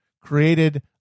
created